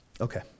Okay